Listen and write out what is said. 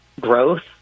growth